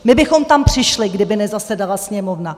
My bychom tam přišli, kdyby nezasedala Sněmovna!